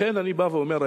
לכן אני אומר היום,